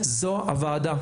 זו הוועדה,